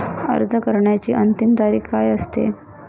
अर्ज करण्याची अंतिम तारीख काय असते?